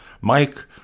Mike